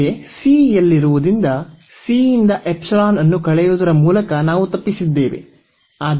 ಸಮಸ್ಯೆ c ಯಲ್ಲಿರುವುದರಿಂದ c ಯಿಂದ ಅನ್ನು ಕಳೆಯುವುದರ ಮೂಲಕ ನಾವು ತಪ್ಪಿಸಿದ್ದೇವೆ